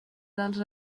dels